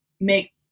make